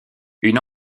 une